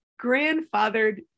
grandfathered